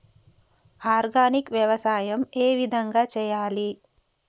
Organic వ్యవసాయం ఏ విధంగా చేయాలి?